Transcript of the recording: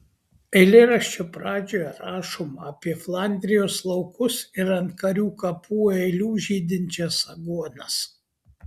eilėraščio pradžioje rašoma apie flandrijos laukus ir ant karių kapų eilių žydinčias aguonas